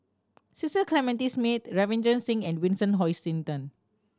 Cecil Clementi Smith Ravinder Singh and Vincent Hoisington